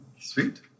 Sweet